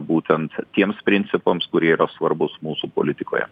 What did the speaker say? būtent tiems principams kurie yra svarbūs mūsų politikoje